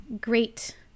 great